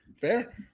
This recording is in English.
Fair